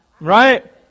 Right